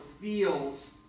feels